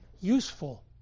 useful